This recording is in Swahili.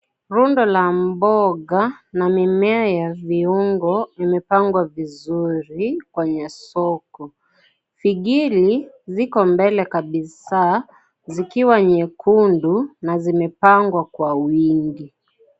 Rundo la mboga na mimea ya viungo imemea vizuri kwenye soko. Vigili viko mbele kabisa zikiwa nyekundu na zimepangwa kwa wingi.